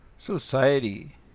Society